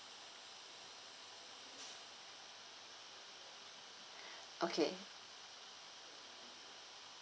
okay